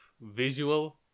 visual